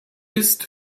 ist